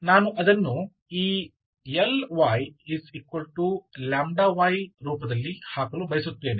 ನಾನು ಅದನ್ನು ಈ Ly λy ರೂಪದಲ್ಲಿ ಹಾಕಲು ಬಯಸುತ್ತೇನೆ